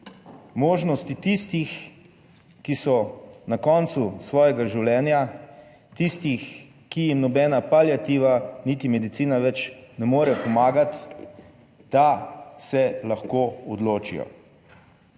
Možnosti tistih, ki so na koncu svojega življenja, tistih, ki jim nobena paliativa niti medicina več ne more pomagati, da se lahko odločijo,